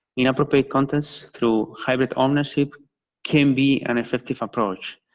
an appropriate context through hybrid um ownership can be an effective approach.